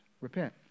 repent